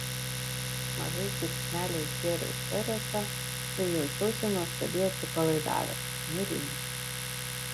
mažais gurkšneliais gėriau cheresą ir jaučiausi nuostabiai atsipalaidavęs nurimęs